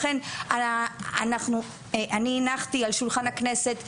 לכן, אני הנחתי על שולחן הכנסת,